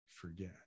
forget